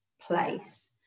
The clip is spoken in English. place